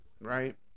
right